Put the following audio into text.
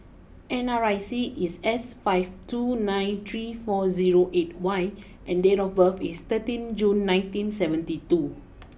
N R I C is S five two nine three four zero eight Y and date of birth is thirteen June nineteen seventy two